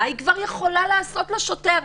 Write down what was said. מה היא כבר יכולה לעשות לשוטר?